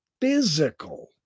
physical